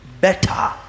better